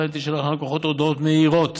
ובהם תישלחנה ללקוחות הודעות מהירות